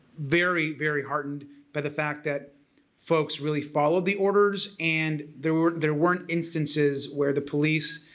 very very heartened by the fact that folks really followed the orders and there were there weren't instances where the police